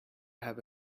have